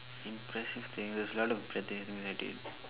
impressive things there's a lot of impressive things I did